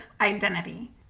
identity